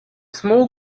small